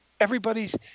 everybody's